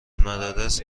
مدارس